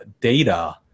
data